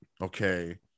okay